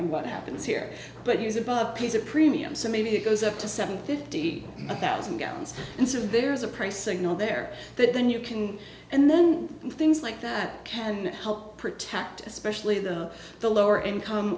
on what happens here but use above peas a premium so maybe it goes up to seven fifty thousand gallons and so there's a price signal there that then you can and then things like that can help protect especially the the lower income